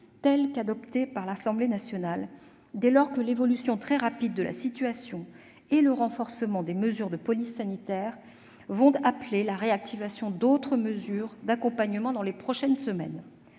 que les a adoptées l'Assemblée nationale, dès lors que l'évolution très rapide de la situation et le renforcement des mesures de police sanitaire vont appeler la réactivation d'autres mesures d'accompagnement, dans les prochaines semaines.